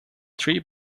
three